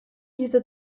diese